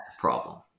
problem